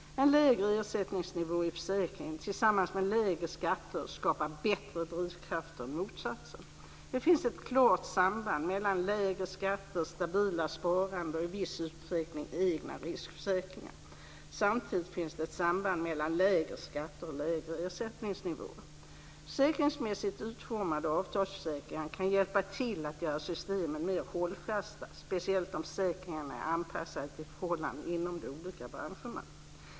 En lägre ersättningsnivå i försäkringen tillsammans med lägre skatter skapar bättre drivkrafter än motsatsen. Det finns ett klart samband mellan lägre skatter, stabilare sparande och i viss utsträckning egna riskförsäkringar. Samtidigt finns det ett samband mellan lägre skatter och lägre ersättningsnivåer. Försäkringsmässigt utformade avtalsförsäkringar kan hjälpa till att göra systemen mer hållfasta, speciellt om försäkringarna är anpassade till förhållandena inom olika branscher.